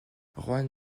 rohan